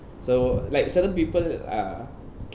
so like certain people are